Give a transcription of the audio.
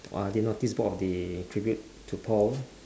[wah] the noticeboard of the tribute to paul